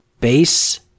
base